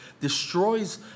destroys